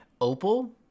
Opal